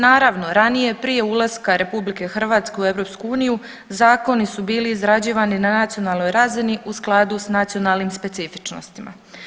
Naravno ranije je prije ulaska RH u EU zakoni su bili izrađivani na nacionalnoj razini u skladu s nacionalnim specifičnostima.